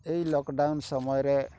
ଏଇ ଲକ୍ଡ଼ାଉନ୍ ସମୟରେ